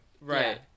Right